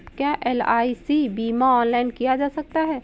क्या एल.आई.सी बीमा ऑनलाइन किया जा सकता है?